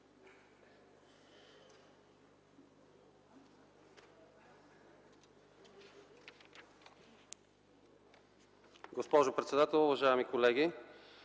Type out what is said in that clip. госпожо председател, уважаеми колеги!